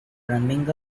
running